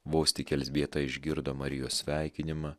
vos tik elzbieta išgirdo marijos sveikinimą